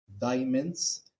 diamonds